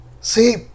See